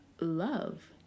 love